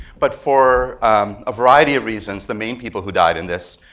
but for a variety of reasons, the main people who died in this,